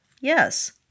Yes